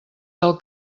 del